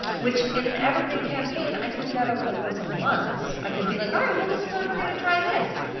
which, in an evergreen campaign i could do that over the course of months. i could be like, all right, well this time we're gonna try this